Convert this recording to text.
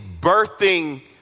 birthing